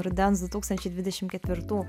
rudens du tūkstančiai dvidešim ketvirtų